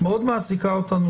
מאוד מעסיקה אותנו